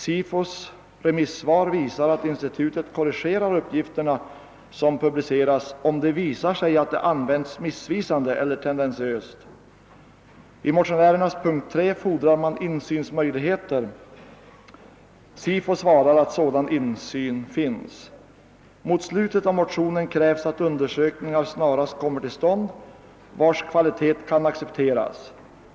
SIFO:s remissyttrande visar att institutet kompletterar publicerade uppgifter, om dessa presenteras på ett missvisande eller tendentiöst sätt. I punkten 3 i motionen framhålles kraven på insynsmöjligheter. SIFO svarar att den begärda insynen finns. Mot slutet av motionen krävs att det snarast genomförs undersökningar vilkas kvalitet kan accepteras.